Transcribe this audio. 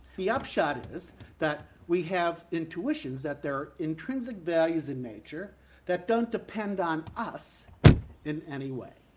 the upshot is that we have intuitions that there are intrinsic values in nature that don't depend on us in any way.